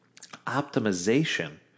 optimization